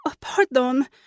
Pardon